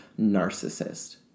narcissist